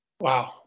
Wow